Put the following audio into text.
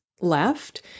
left